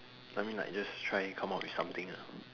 I mean like just try come up with something ah